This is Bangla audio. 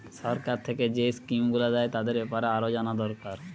সরকার থিকে যেই স্কিম গুলো দ্যায় তাদের বেপারে আরো জানা দোরকার